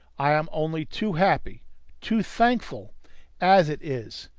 i am only too happy too thankful as it is!